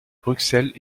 bruxelles